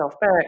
back